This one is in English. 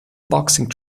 boxing